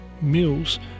meals